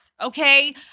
okay